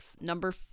Number